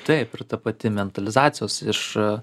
taip ir ta pati mentalizacijos iš